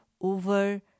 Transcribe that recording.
over